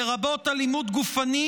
לרבות אלימות גופנית,